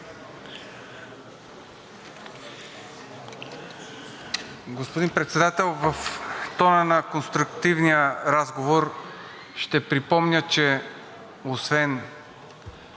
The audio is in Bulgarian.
Господин Председател, в тона на конструктивния разговор ще припомня, че освен